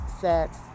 sex